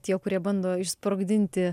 tie kurie bando išsprogdinti